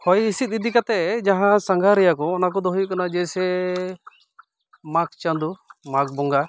ᱦᱚᱭ ᱦᱤᱥᱤᱫ ᱤᱫᱤ ᱠᱟᱛᱮᱫ ᱡᱟᱦᱟᱸ ᱥᱟᱸᱜᱷᱟᱨᱤᱭᱟᱹ ᱠᱚ ᱚᱱᱟ ᱠᱚᱫᱚ ᱦᱩᱭᱩᱜ ᱠᱟᱱᱟ ᱡᱮᱥᱮ ᱢᱟᱜᱽ ᱪᱟᱸᱫᱳ ᱢᱟᱜᱽ ᱵᱚᱸᱜᱟ